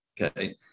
okay